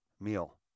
meal